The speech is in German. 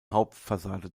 hauptfassade